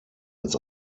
ins